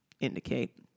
indicate